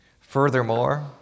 Furthermore